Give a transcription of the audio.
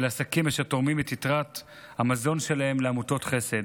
עסקים אשר תורמים את יתרות המזון שלהם לעמותות חסד.